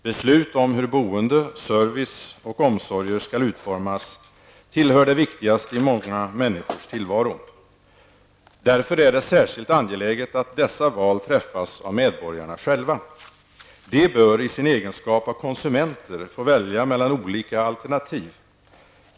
Beslut om hur boende, service och omsorgen skall utformas tillhör det viktigaste i många människors tillvaro. Därför är det särskilt angeläget att dessa val träffas av medborgarna själva. De bör i sin egenskap av konsumenter få välja mellan olika alternativ.